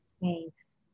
Thanks